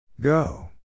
Go